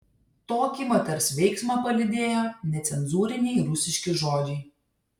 tokį moters veiksmą palydėjo necenzūriniai rusiški žodžiai